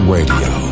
Radio